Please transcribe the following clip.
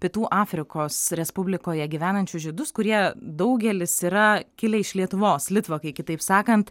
pietų afrikos respublikoje gyvenančius žydus kurie daugelis yra kilę iš lietuvos litvakai kitaip sakant